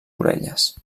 orelles